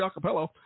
Acapella